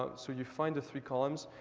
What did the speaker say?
ah so you find the three columns.